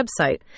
website